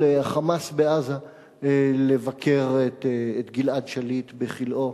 ה"חמאס" בעזה לבקר את גלעד שליט בכלאו.